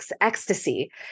ecstasy